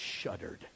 shuddered